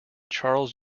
charles